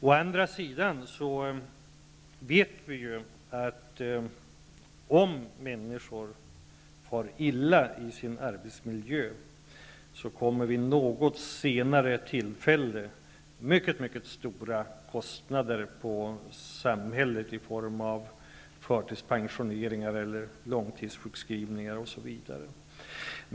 Å andra sidan vet vi, att om människor far illa i sin arbetsmiljö får samhället vid något senare tillfälle mycket stora kostnader i form av förtidspensioneringar, långtidssjukskrivningar osv.